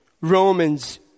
Romans